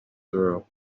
through